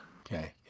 Okay